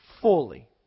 fully